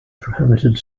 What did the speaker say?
prohibited